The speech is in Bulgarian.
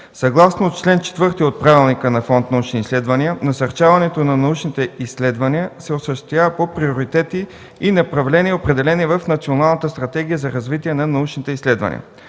Съгласно чл. 4 от Правилника на Фонд „Научни изследвания” насърчаването на научните изследвания се осъществява по приоритети и направления, определени в Националната стратегия за развитие на научните изследвания.